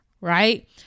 right